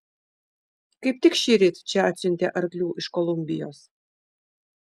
kaip tik šįryt čia atsiuntė arklių iš kolumbijos